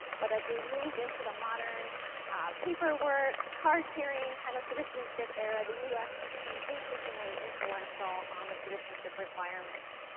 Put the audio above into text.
but as we moved into the modern paperwork, card carrying kind of citizenship era, the us became increasingly influential on the citizenship requirements.